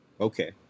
Okay